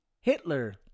Hitler